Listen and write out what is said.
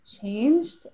changed